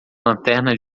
lanterna